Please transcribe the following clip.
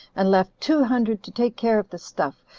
and left two hundred to take care of the stuff,